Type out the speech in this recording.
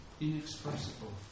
inexpressible